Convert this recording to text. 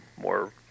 more